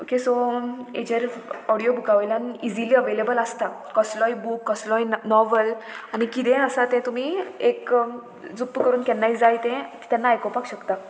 okay so हेजेर audio बुका वयल्यान इजिली अवेलेबल आसता कसलोय बूक कसलोय नॉवल आनी किदेंय आसा तें तुमी एक झप्प करून केन्नाय जाय तें तेन्ना आयकुपाक शकता